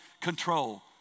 control